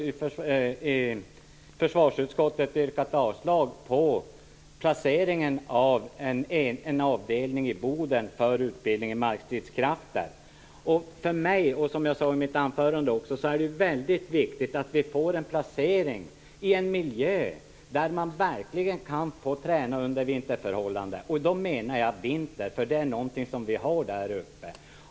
I försvarsutskottet har Olle Lindström också yrkat avslag beträffande placeringen av en avdelning i Boden för utbildning avseende markstridskrafter. Som jag sade i mitt anförande är det viktigt att vi får en placering i en miljö där man verkligen får träna under vinterförhållanden. Då menar jag verkligen vinter, och vinter är något som vi har där uppe.